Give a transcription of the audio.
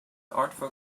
artful